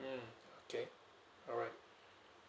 mm okay alright